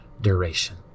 duration